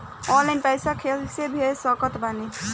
Online पैसा कैसे भेज सकत बानी?